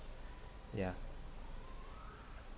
yeah